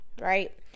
Right